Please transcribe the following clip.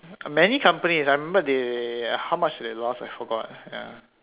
many companies I remembered they how much they lost I forgot ya